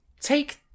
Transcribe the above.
take